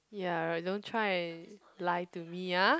ya don't try and lie to me ah